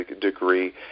degree